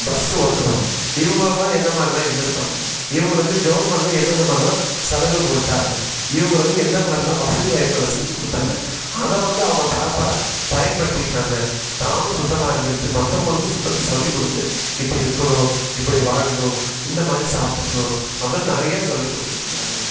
bus ஓட்டுறவுங்க இவங்களுக்குலாம் எந்த மாதிரிலாம் இருந்திருப்பாங்க இவங்களுக்கு கவர்மெண்ட்டில் என்னென்ன மாதிரிலாம் சலுகை கொடுத்தாங்க இவங்களுக்கு எந்த மாதிரிலாம் வசதி வாய்ப்புகளை செஞ்சுக் கொடுத்தாங்க அதை வந்து அவங்க ப்ராப்பராக பயன்படுத்திக்கிட்டாங்க தானும் சுத்தமாக இருந்துக்கிட்டு மற்றவங்களுக்கும் சுத்தத்தை சொல்லிக் கொடுத்து இப்படி இருக்கணும் இப்படி வாழணும் இந்த மாதிரி சாப்பிடணும் அப்படின்னு நிறையா சொல்லிக் கொடுத்துட்ருந்தாங்க